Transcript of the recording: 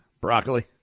Broccoli